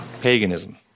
Paganism